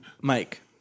Mike